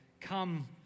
come